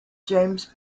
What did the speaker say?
james